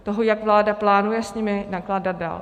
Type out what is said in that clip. Toho, jak vláda plánuje s nimi nakládat dál.